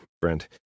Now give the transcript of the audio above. Brent